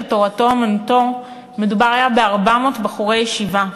תורתו-אומנותו מדובר היה ב-400 בחורי ישיבה,